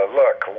look